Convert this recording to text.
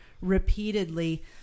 repeatedly